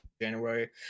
January